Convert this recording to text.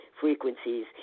frequencies